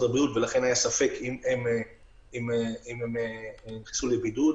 הבריאות ולכן היה ספק אם הם נכנסו לבידוד.